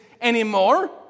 anymore